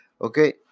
okay